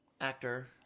actor